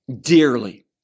dearly